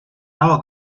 nova